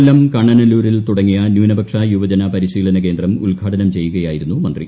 കൊല്ലം കണ്ണനല്ലൂരിൽ തുടങ്ങിയ ന്യൂനപക്ഷ യുവജനു പ്പരിശീലന കേന്ദ്രം ഉദ്ഘാടനം ചെയ്യുകയായിരുന്നു മന്ത്രി